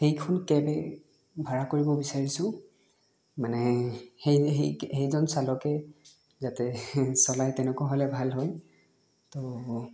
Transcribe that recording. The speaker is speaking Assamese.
সেইখন কেবে ভাড়া কৰিব বিচাৰিছোঁ মানে সেই সেই সেইজন চালকে যাতে চলাই তেনেকুৱা হ'লে ভাল হয় তৌ